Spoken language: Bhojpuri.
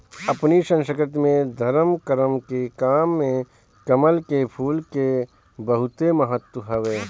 अपनी संस्कृति में धरम करम के काम में कमल के फूल के बहुते महत्व हवे